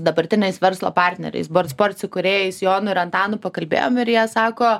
dabartiniais verslo partneriais bord sports įkūrėjais jonu ir antanu pakalbėjom ir jie sako